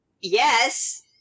Yes